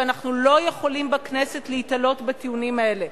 ואנחנו לא יכולים בכנסת להיתלות בטיעונים האלה.